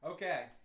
Okay